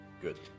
Good